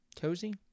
cozy